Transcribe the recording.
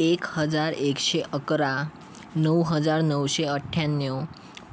एक हजार एकशे अकरा नऊ हजार नऊशे अठ्याण्ण्यव